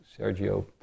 Sergio